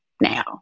now